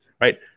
right